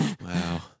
Wow